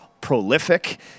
prolific